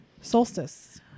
solstice